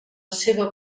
seva